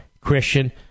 Christian